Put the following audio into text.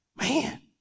man